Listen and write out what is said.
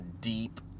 Deep